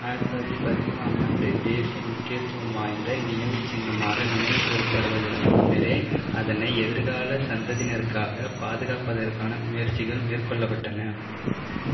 ஆயிரத்தி தொள்ளாயிரத்தி பதிமூணாம் ஆண்டு தேசிய முக்கியத்துவம் வாய்ந்த நினைவுச் சின்னமாக நினைவுகூரப்படுவதற்கு முன்னரே அதனை எதிர்கால சந்ததியினருக்காக பாதுகாப்பதற்கான முயற்சிகள் மேற்கொள்ளப்பட்டன